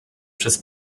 przez